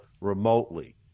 remotely